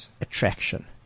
attraction